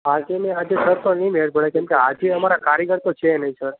આજે ને આજે સર તો નહીં મેળ પડે કેમ કે આજે અમારા કારીગર તો છે નહીં સર